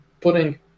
putting